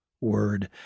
word